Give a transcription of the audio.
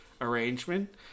arrangement